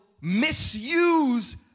misuse